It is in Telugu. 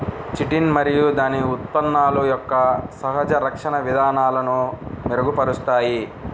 చిటిన్ మరియు దాని ఉత్పన్నాలు మొక్కలలో సహజ రక్షణ విధానాలను మెరుగుపరుస్తాయి